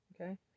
Okay